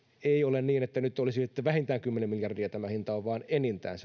ei ole niin että nyt olisi vähintään kymmenen miljardia tämä hinta vaan enintään